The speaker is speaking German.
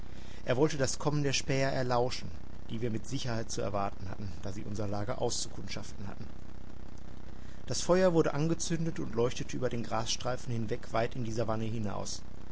er wollte das kommen der späher erlauschen die wir mit sicherheit zu erwarten hatten da sie unser lager auszukundschaften hatten das feuer wurde angezündet und leuchtete über den grasstreifen hinweg weit in die savanne hinaus